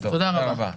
תודה רבה.